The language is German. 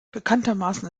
bekanntermaßen